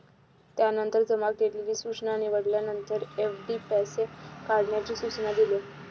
त्यानंतर जमा केलेली सूचना निवडल्यानंतर, एफ.डी पैसे काढण्याचे सूचना दिले